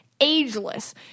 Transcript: ageless